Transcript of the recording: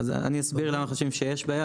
אסביר למה אנו חושבים שיש בעיה.